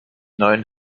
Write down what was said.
neuen